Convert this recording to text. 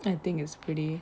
I think is pretty